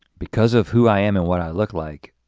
because of who i am and what i look like,